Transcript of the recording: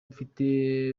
mfite